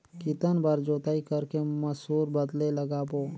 कितन बार जोताई कर के मसूर बदले लगाबो?